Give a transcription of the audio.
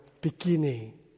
beginning